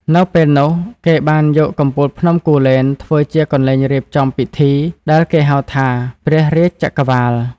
នៅពេលនោះ គេបានយកកំពូលភ្នំគូលែនធ្វើជាកន្លែងរៀបចំពិធីដែលគេហៅថា ព្រះរាជ្យចក្រវាល។